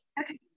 Okay